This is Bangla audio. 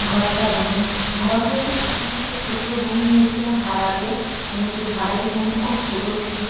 ঘরটা বলুন ঘর বলতে সেখানে একটা ছোট্ট রুম নিয়েছিলাম ভাড়াতে এবং সেই ভাড়ার রুমটি খুব ছোট ছিল